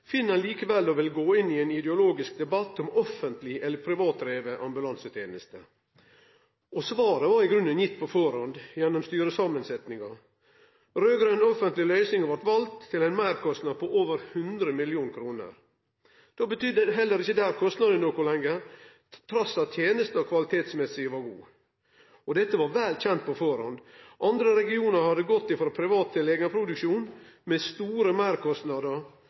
ein likevel å vilje gå inn i ein ideologisk debatt om offentleg eller privatdriven ambulanseteneste. Svaret var i grunnen gitt på førehand på grunn av styresamansetnaden. Raud-grøn offentleg løysing blei valt, til ein meirkostnad på over 100 mill. kr. Då betydde heller ikkje der kostnadene noko lenger, trass i at tenesta var god på kvalitet. Dette var vel kjent på førehand. Andre regionar hadde gått frå privat til eigen produksjon, med store meirkostnader,